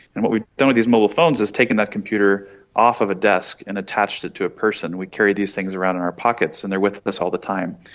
and what we've done with these mobile phones is taken that computer off of a desk and attached it to a person. we carry these things around in our pockets and they are with us all the time.